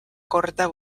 korda